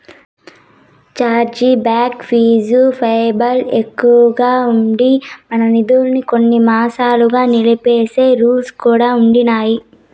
charge back fee PayPal ఎక్కువగా ఉండి, మన నిదుల్మి కొన్ని మాసాలుగా నిలిపేసే రూల్స్ కూడా ఉండిన్నాయి